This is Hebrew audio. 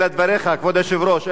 תודה רבה, תודה רבה.